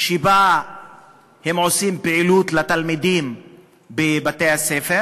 שבה הם עושים פעילות לתלמידים בבתי-הספר